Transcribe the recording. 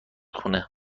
خونه